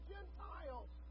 Gentiles